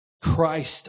Christ